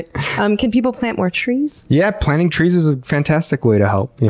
and um can people plant more trees? yeah planting trees is a fantastic way to help, yeah